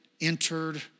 entered